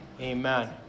Amen